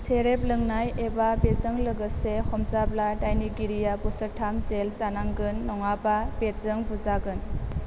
सेरेब लोंनाय एबा बेजों लोगोसे हमजाब्ला दायनिगिरिया बोसोरथाम जेल जानांगोन नङाब्ला बेटजों बुजागोन